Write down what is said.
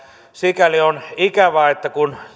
sikäli on ikävää että kun